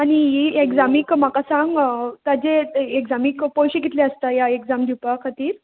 आनी ही एग्जामीक म्हाका सांग ताजे एग्जामीक पयशे कितले आसता ह्या एग्जाम दिवपा खातीर